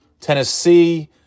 Tennessee